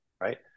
right